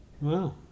Wow